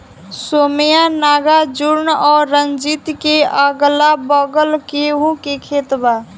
सौम्या नागार्जुन और रंजीत के अगलाबगल गेंहू के खेत बा